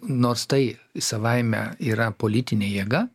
nors tai savaime yra politinė jėga